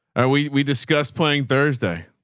or we, we discussed playing thursday.